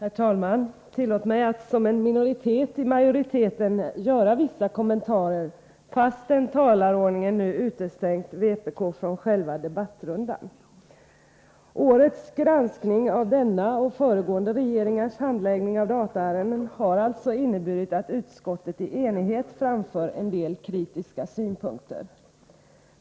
Herr talman! Tillåt mig att som en minoritet i majoriteten göra vissa kommentarer, fastän talarordningen utestängt vpk från själva debattrundan. Årets granskning av denna och föregående regeringars handläggning av dataärenden har alltså inneburit att utskottet i enighet framför en del kritiska synpunkter.